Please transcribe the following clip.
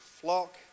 flock